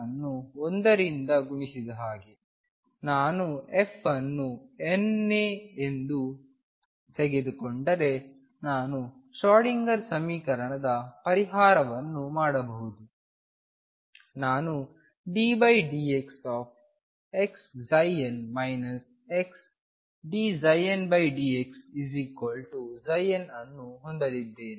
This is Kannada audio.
ಅನ್ನು ಒಂದರಿಂದ ಗುಣಿಸಿದ ಹಾಗೆ ನಾನು fಅನ್ನು n ನೇ ಎಂದು ತೆಗೆದುಕೊಂಡರೆ ನಾನು ಶ್ರೋಡಿಂಗರ್ ಸಮೀಕರಣದ ಪರಿಹಾರವನ್ನು ಮಾಡಬಹುದು ನಾನು ddxxn xdndxnಅನ್ನು ಹೊಂದಲಿದ್ದೇನೆ